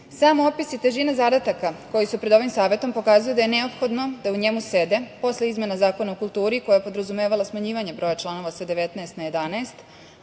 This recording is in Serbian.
opis i težina zadataka koji su pred ovim Savetom, pokazuju da je neophodno da u njemu sede posle izmena Zakona u kulturi, koje je podrazumevalo smanjivanje broja članova sa 19 na 11,